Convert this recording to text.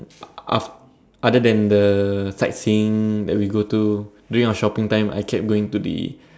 af~ other than the sightseeing that we go to during our shopping time I kept going to the